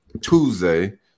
Tuesday